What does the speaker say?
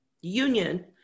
union